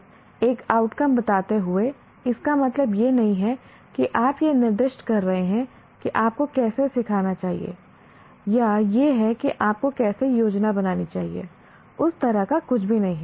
बस एक आउटकम बताते हुए इसका मतलब यह नहीं है कि आप यह निर्दिष्ट कर रहे हैं कि आपको कैसे सिखाना चाहिए या यह है कि आपको कैसे योजना बनानी चाहिए उस तरह का कुछ भी नहीं